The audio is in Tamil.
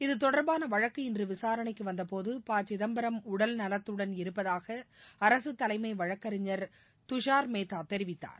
இது தொடர்பான வழக்கு இன்று விசாணைக்கு வந்தபோது ப சிதம்பரம் உடல் நலத்துடன் இருப்பதாக அரசு தலைமை வழக்கறிஞர் துஷர் மேத்தா தெரிவித்தார்